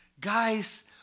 guys